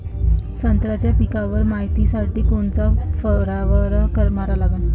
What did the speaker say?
संत्र्याच्या पिकावर मायतीसाठी कोनचा फवारा मारा लागन?